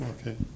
Okay